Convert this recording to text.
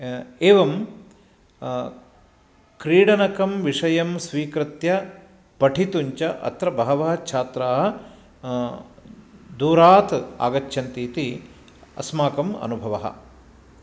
एवं क्रीडनकं विषयं स्वीकृत्य पठितुं च अत्र बहवः छात्राः दूरात् आगच्छन्ति इति अस्माकं अनुभवः